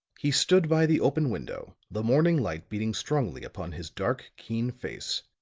he stood by the open window, the morning light beating strongly upon his dark, keen face,